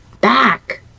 back